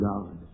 God